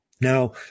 Now